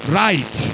right